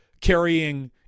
carrying